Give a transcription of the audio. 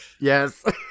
Yes